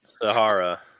sahara